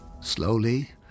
Slowly